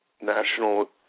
national